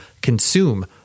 consume